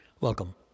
Welcome